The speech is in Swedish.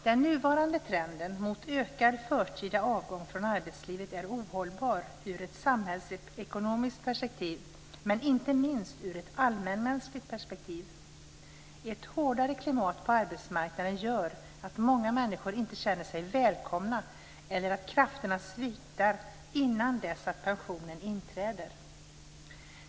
Den nuvarande trenden mot ökad förtida avgång från arbetslivet är ohållbar, ur ett samhällsekonomiskt perspektiv men inte minst ur ett allmänmänskligt perspektiv. Ett hårdare klimat på arbetsmarknaden gör att många människor inte känner sig välkomna eller att krafterna sviktar innan dess att pensionen inträder.